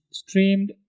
streamed